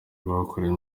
bakoreye